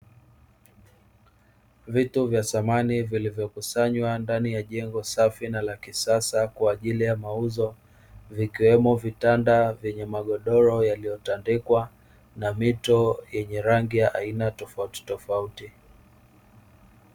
Vitu vya samani vilivyokusanywa ndani ya jengo safi na la kisasa kwa ajili jili ya mauzo, vikiwemo vitanda vyene magodoro yaliyotandikwa na mito yenye rangi ya aina tofauti tofauti.